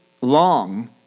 long